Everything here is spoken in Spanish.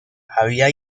había